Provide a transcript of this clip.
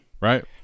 right